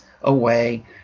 away